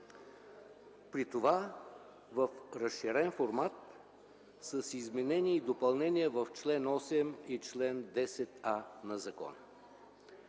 при това в разширен формат с изменение и допълнение в чл. 8 и чл. 10а на закона.